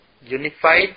unified